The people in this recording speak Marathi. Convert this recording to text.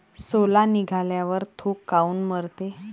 सोला निघाल्यावर थो काऊन मरते?